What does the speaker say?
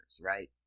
right